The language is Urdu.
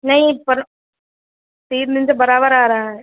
نہیں پر تین دن سے برابر آ رہا ہے